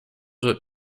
what